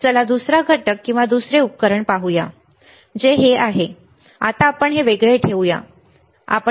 चला दुसरा घटक किंवा दुसरे उपकरण पाहूया जे हे आहे आता आपण हे वेगळे ठेवूया आपण येथे काय पाहता